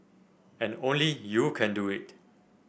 and only you can do it